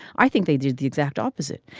i think they did the exact opposite.